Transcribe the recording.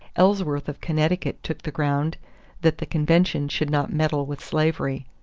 ellsworth of connecticut took the ground that the convention should not meddle with slavery.